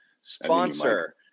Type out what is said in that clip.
sponsor